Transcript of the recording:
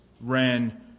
ran